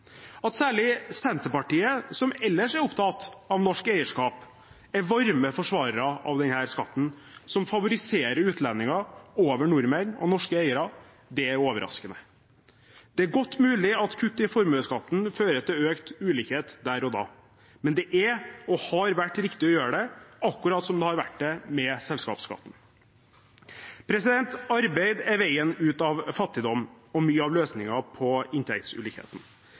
At særlig Senterpartiet, som ellers er opptatt av norsk eierskap, er varme forsvarere av denne skatten, som favoriserer utlendinger over nordmenn og norske eiere, er overraskende. Det er godt mulig at kutt i formuesskatten fører til økt ulikhet der og da, men det er og har vært riktig å gjøre det, akkurat som det har vært det med selskapsskatten. Arbeid er veien ut av fattigdom og mye av løsningen på inntektsulikheten.